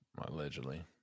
allegedly